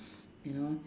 you know